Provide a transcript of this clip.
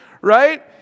right